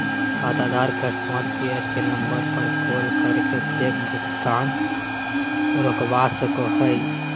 खाताधारक customer care के number पर कॉल करके चेक भुगतान रोकवा सको हय